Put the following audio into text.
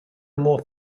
more